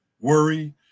worry